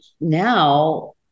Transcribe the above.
now